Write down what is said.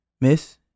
miss